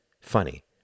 funny